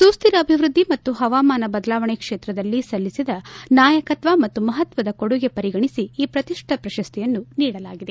ಸುಸ್ಹಿರ ಅಭಿವೃದ್ದಿ ಮತ್ತು ಹವಾಮಾನ ಬದಲಾವಣೆ ಕ್ಷೇತ್ರದಲ್ಲಿ ಸಲ್ಲಿಸಿದ ನಾಯಕತ್ವ ಮತ್ತು ಮಹತ್ತರ ಕೊಡುಗೆ ಪರಿಗಣಿಸಿ ಈ ಪ್ರತಿಷ್ಠಿತ ಪ್ರಶಸ್ತಿ ನೀಡಲಾಗಿದೆ